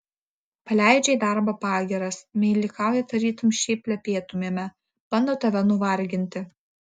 paleidžia į darbą pagyras meilikauja tarytum šiaip plepėtumėme bando tave nuvarginti